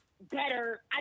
better